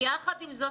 יחד עם זאת,